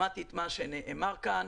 שמעתי את מה שנאמר כאן,